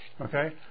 Okay